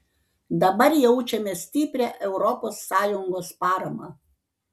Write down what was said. dabar jaučiame stiprią europos sąjungos paramą